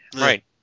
Right